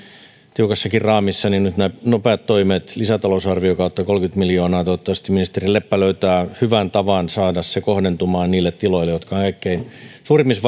tiukassakin raamissa nyt nämä nopeat toimet lisätalousarvion kautta kolmekymmentä miljoonaa toivottavasti ministeri leppä löytää hyvän tavan saada se kohdentumaan nopeasti niille tiloille jotka ovat kaikkein suurimmissa